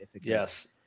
yes